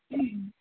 ಹ್ಞ್